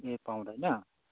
ए पाउँदैन